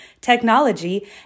technology